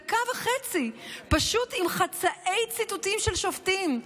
דקה וחצי, פשוט עם חצאי ציטוטים של שופטים.